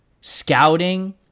scouting